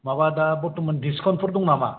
माबा दा बर्थ'मान दिसकाउन्टफोर दं नामा